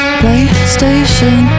playstation